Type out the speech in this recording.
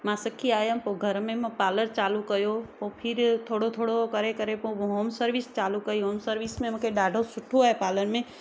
मां सिखी आयमि पोइ घर में मां पालर चालू कयो पोइ फिर थोरो थोरो करे करे पोइ होम सर्विस चालू कई हुअमि सर्विस में मूंखे ॾाढो सुठो आहे पालर में